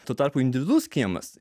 tuo tarpu individus kiemas